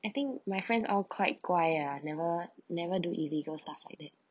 I think my friends all quite guai ah never never do illegal stuff like that